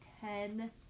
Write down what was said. ten